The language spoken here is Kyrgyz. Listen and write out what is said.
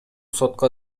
сотко